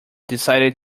decided